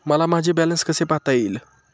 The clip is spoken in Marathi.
मला माझे बॅलन्स कसे पाहता येईल?